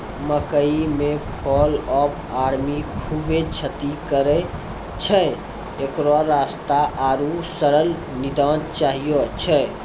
मकई मे fall of army खूबे क्षति करेय छैय, इकरो सस्ता आरु सरल निदान चाहियो छैय?